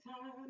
time